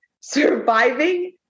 surviving